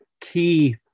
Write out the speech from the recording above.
key